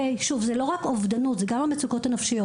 שוב, זה לא רק אובדנות, זה גם המצוקות הנפשיות.